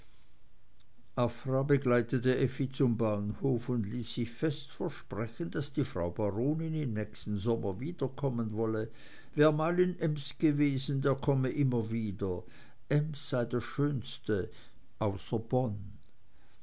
begleitete effi zum bahnhof und ließ sich fest versprechen daß die frau baronin im nächsten sommer wiederkommen wolle wer mal in ems gewesen der komme immer wieder ems sei das schönste außer bonn